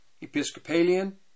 Episcopalian